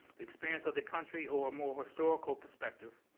the experience of the country, or a more historical perspective.